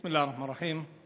בסם אללה א-רחמאן א-רחים.